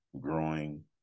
growing